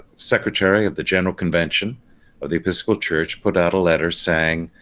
secretary of the general convention of the episcopal church put out a letter saying